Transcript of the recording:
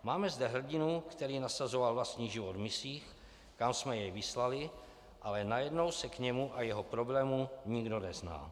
Máme zde hrdinu, který nasazoval vlastní život v misích, kam jsme jej vyslali, ale najednou se k němu a jeho problému nikdo nezná.